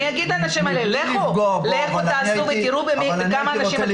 אני אגיד לאנשים האלה 'לכו תעשו' ותראו בכמה אנשים תפגעו.